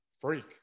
freak